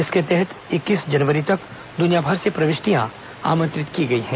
इसके तहत इकतीस जनवरी तक दुनिया भर से प्रविष्टियां आमंत्रित की गई हैं